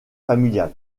familial